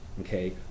okay